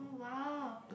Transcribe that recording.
oh !wow!